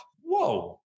whoa